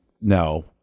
no